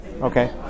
Okay